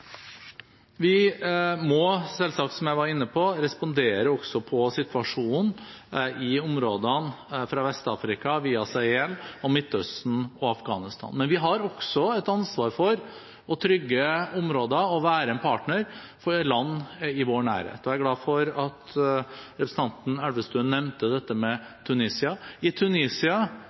Vi må selvsagt – som jeg var inne på – også respondere på situasjonen i områdene fra Vest-Afrika via Sahel og Midtøsten til Afghanistan, men vi har også et ansvar for å trygge områder og å være en partner for land i vår nærhet. Jeg er glad for at representanten Elvestuen nevnte Tunisia. I Tunisia,